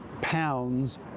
pounds